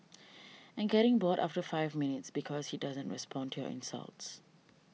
and getting bored after five minutes because he doesn't respond to your insults